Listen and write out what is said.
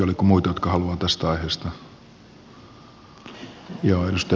oliko muita jotka haluavat tästä aiheesta